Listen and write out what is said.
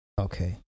okay